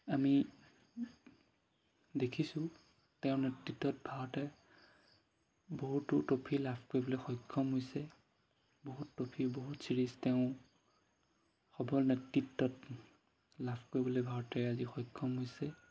আমি দেখিছোঁ তেওঁৰ নেতৃত্বত ভাৰতে বহুতো ট্ৰফি লাভ কৰিবলৈ সক্ষম হৈছে বহুত ট্ৰফি বহুত ছিৰিজ তেওঁ ৰসবল নেতৃত্বত লাভ কৰিবলৈ ভাৰতে আজি সক্ষম হৈছে